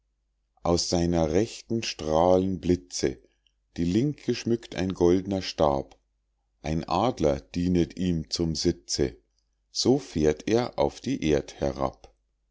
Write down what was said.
aus seiner rechten strahlen blitze die linke schmückt ein goldner stab ein adler dienet ihm zum sitze so fährt er auf die erd herab